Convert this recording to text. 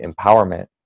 empowerment